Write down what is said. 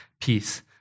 peace